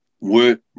work